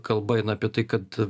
kalba eina apie tai kad